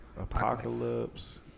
Apocalypse